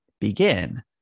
begin